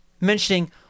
mentioning